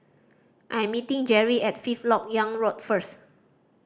I'm meeting Jerrie at Fifth Lok Yang Road first